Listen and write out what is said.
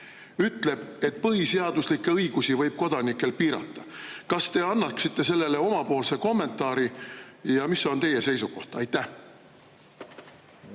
ütleb, et põhiseaduslikke õigusi võib kodanikel piirata? Kas te annaksite sellele omapoolse kommentaari? Mis on teie seisukoht? Aitäh,